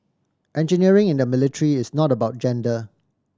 engineering in the military is not about gender